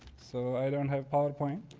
so i don't have powerpoint.